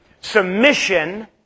Submission